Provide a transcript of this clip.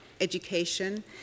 education